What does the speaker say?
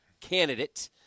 candidate